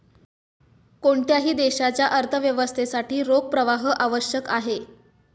कोणत्याही देशाच्या अर्थव्यवस्थेसाठी रोख प्रवाह आवश्यक आहे